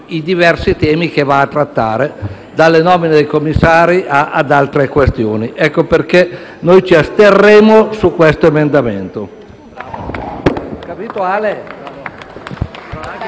nei diversi temi che tratta, dalle nomine dei commissari ad altre questioni. Ecco perché noi ci asterremo su questo emendamento.